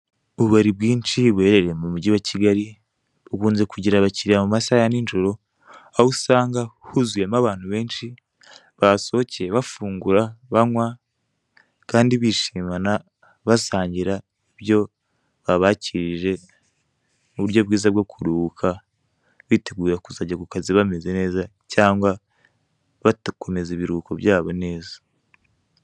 Ububari bwinshi buherereye mu mujyi wa Kigali bukunze kugira abakiriya mu masaha ya nijoro, aho usanga huzuyemo abantu benshi basohokeye bafungura banywa kandi bishimana basangira ibyo babakirije uburyo bwiza bwo kuruhuka biteguye kuzajya ku kazi bameze neza cyangwa batakomeza ibiruhuko byabo neza.